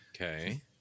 Okay